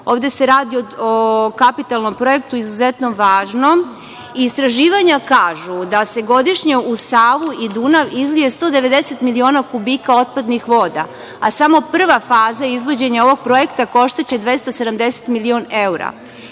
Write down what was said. Ovde se radi o kapitalnom projektu izuzetno važnom. Istraživanja kažu da se godišnje u Savu i Dunav izlije 190 miliona kubika otpadnih voda, a samo prva faza izvođenja ovog projekta koštaće 270 miliona evra.